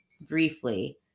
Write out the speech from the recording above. briefly